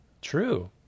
true